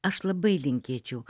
aš labai linkėčiau